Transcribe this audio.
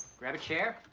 grab a chair.